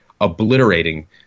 obliterating